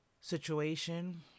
situation